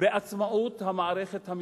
בעצמאות המערכת המשפטית.